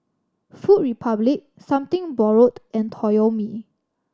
Food Republic Something Borrowed and Toyomi